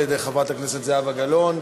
על-ידי חברת הכנסת זהבה גלאון.